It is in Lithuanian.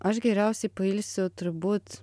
aš geriausiai pailsiu turbūt